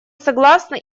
согласны